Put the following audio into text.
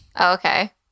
Okay